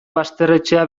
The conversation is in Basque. basterretxea